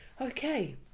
okay